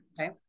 Okay